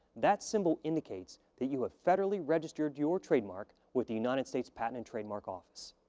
that symbol indicates that you have federally registered your trademark with the united states patent and trademark office.